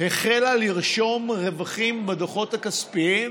היא החלה לרשום רווחים בדוחות הכספיים,